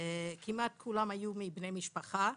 כמעט כולן היו מבני משפחה.